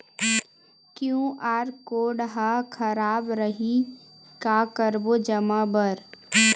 QR code हा खराब रही का करबो जमा बर?